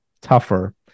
tougher